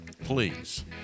please